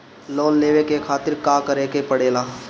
Loan लेवे के खातिर का करे के पड़ेला?